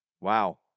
Wow